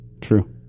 true